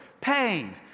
pain